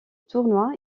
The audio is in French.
tournoi